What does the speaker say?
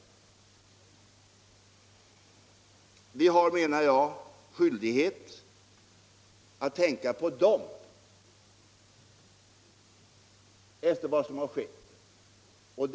Vi har, menar jag, skyldighet att tänka på dem efter vad som har skett.